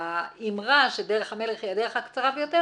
לאמרה שדרך המלך היא הדרך הקצרה ביותר,